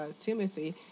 Timothy